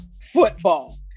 football